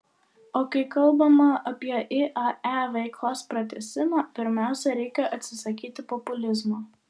o kai kalbama apie iae veiklos pratęsimą pirmiausia reikia atsisakyti populizmo